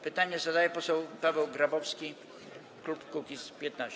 Pytanie zadaje poseł Paweł Grabowski, klub Kukiz’15.